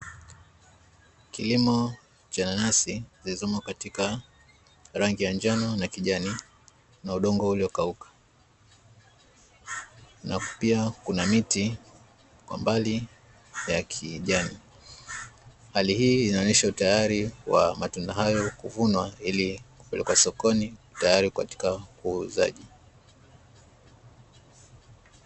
Kilimo cha nanasi zilizomo katika rangi ya njano na kijani, na udongo uliokauka. Na pia kuna miti kwa mbali ya kijani. Hali hii inaonyesha utayari wa matunda hayo kuvunwa ili kupelekwa sokoni tayari katika uuzaji.